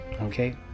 okay